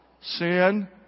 Sin